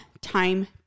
time